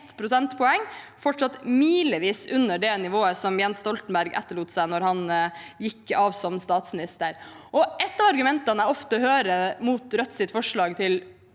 prosentpoeng, fortsatt milevis under det nivået som Jens Stoltenberg etterlot seg da han gikk av som statsminister. Ett av argumentene jeg ofte hører mot Rødts forslag,